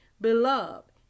Beloved